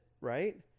right